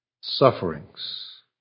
sufferings